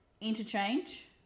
Interchange